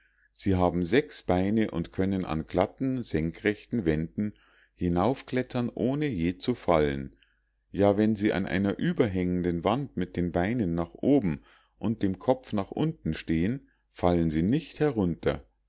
sie haben sechs beine und können an glatten senkrechten wänden hinaufklettern ohne je zu fallen ja wenn sie an einer überhängenden wand mit den beinen nach oben und dem kopf nach unten stehen fallen sie nicht herunter